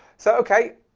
so okay,